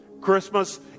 Christmas